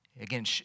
Again